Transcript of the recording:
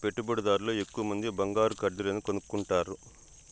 పెట్టుబడిదార్లు ఎక్కువమంది బంగారు కడ్డీలను కొనుక్కుంటారు